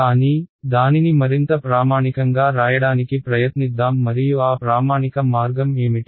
కానీ దానిని మరింత ప్రామాణికంగా రాయడానికి ప్రయత్నిద్దాం మరియు ఆ ప్రామాణిక మార్గం ఏమిటి